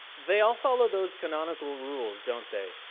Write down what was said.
they all follow those canonical rules, don't they?